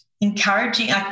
encouraging